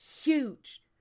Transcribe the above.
huge